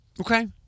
Okay